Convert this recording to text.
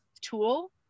tool